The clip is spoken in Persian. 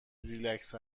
ریلکس